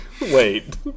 Wait